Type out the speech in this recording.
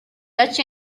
dutch